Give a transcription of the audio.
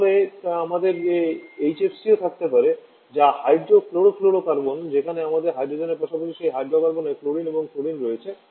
তারপরে আমাদের এইচসিএফসিও থাকতে পারে তা হাইড্রো ক্লোরোফ্লোরোকার্বন যেখানে আমাদের হাইড্রোজেন পাশাপাশি সেই হাইড্রোকার্বনে ক্লোরিন এবং ফ্লুরিন রয়েছে